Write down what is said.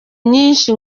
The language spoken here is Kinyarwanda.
nyinshi